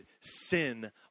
sin